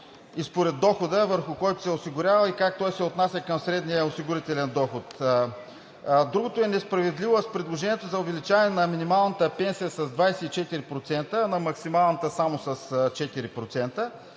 и според дохода, върху който се е осигурявал, и как той се отнася към средния осигурителен доход. Другото е несправедливо, а с предложението за увеличаване на минималната пенсия с 24%, а на максималната – само с 4%,